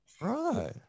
Right